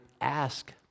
ask